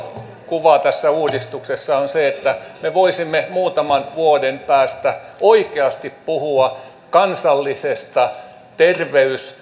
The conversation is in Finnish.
kuva tässä uudistuksessa on se että me voisimme muutaman vuoden päästä oikeasti puhua kansallisesta terveys